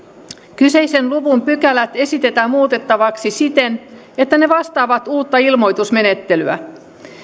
kyseisen luvun pykälät esitetään muutettavaksi siten että ne vastaavat uutta ilmoitusmenettelyä